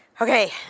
Okay